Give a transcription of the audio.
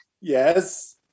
yes